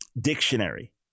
dictionary